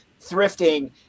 thrifting